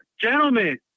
Gentlemen